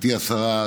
גברתי השרה,